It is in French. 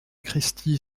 christie